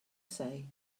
say